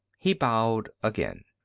he bowed again.